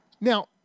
Now